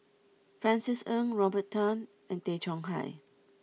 Francis Ng Robert Tan and Tay Chong Hai